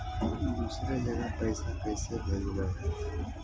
दुसरे जगह पैसा कैसे भेजबै?